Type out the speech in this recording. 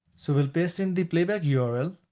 so we'll paste in the playback yeah url.